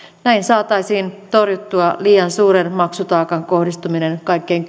näin saataisiin torjuttua liian suuren maksutaakan kohdistuminen kaikkein